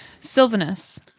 Sylvanus